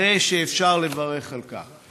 אפשר לברך על כך.